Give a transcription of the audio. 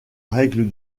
règle